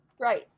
Right